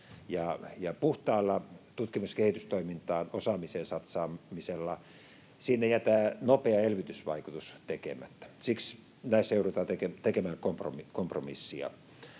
Puhtaalla tutkimus‑ ja kehitystoimintaan ja osaamiseen satsaamisella jää tämä nopea elvytysvaikutus tekemättä. Siksi näissä joudutaan tekemään kompromisseja.